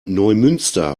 neumünster